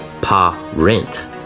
Pa-rent